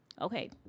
Okay